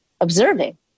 observing